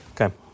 Okay